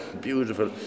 beautiful